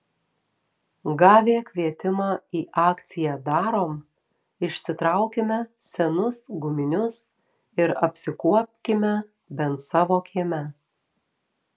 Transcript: gavę kvietimą į akciją darom išsitraukime senus guminius ir apsikuopkime bent savo kieme